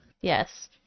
Yes